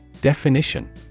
Definition